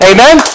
Amen